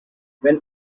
when